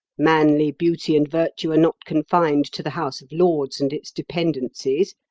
manly beauty and virtue are not confined to the house of lords and its dependencies.